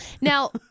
Now